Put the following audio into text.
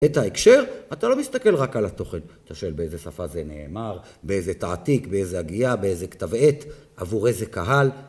את ההקשר, אתה לא מסתכל רק על התוכן. אתה שואל באיזה שפה זה נאמר? באיזה תעתיק? באיזה הגייה? באיזה כתב עת? עבור איזה קהל?